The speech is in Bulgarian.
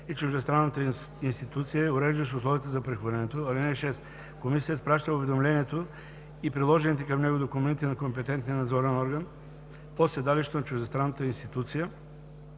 и чуждестранната институция, уреждащ условията за прехвърлянето. (6) Комисията изпраща уведомлението и приложените към него документи на компетентния надзорен орган по седалището на чуждестранната институция